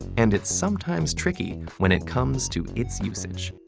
and it's sometimes tricky when it comes to its usage.